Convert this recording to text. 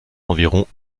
environs